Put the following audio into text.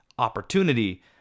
opportunity